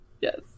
Yes